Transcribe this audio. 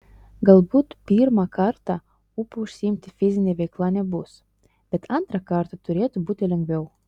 galbūt pirmą kartą ūpo užsiimti fizine veikla nebus bet antrą kartą turėtų būti lengviau